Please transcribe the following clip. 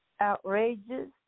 Outrageous